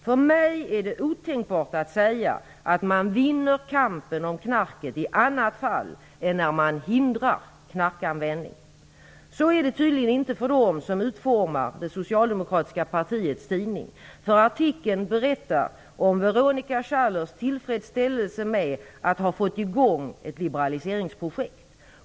För mig är det otänkbart att säga att man vinner kampen om knarket i annat fall än när man hindrar knarkanvändning. Så är det tydligen inte för dem som utformar det socialdemokratiska partiets tidning, för artikeln berättar om Veronica Schallers tillfredsställelse med att ha fått i gång ett liberaliseringsprojekt.